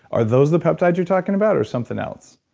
are those the peptides you're talking about, or something else?